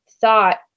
thought